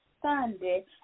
Sunday